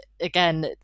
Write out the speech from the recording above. again